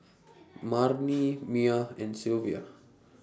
Marni Miah and Sylvia